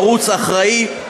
ערוץ אחראי,